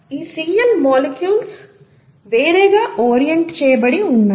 ఈ Cl molecules వేరే గా ఓరియంట్ చేయబడి ఉంటాయి